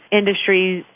industries